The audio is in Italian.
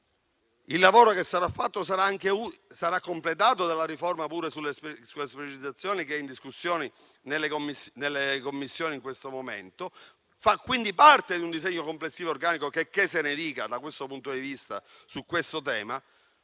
il lavoro che sarà fatto sarà completato dalla riforma sulle specializzazioni che è in discussione nelle Commissioni in questo momento, fa quindi parte di un disegno complessivo organico, checché se ne dica, su questo tema,